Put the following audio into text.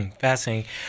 Fascinating